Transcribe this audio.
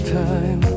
time